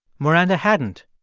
maranda hadn't.